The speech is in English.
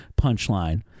punchline